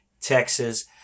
Texas